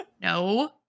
No